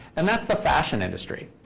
and that's the fashion industry.